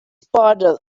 part